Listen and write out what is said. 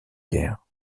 caire